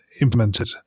implemented